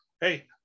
hey